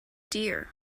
dear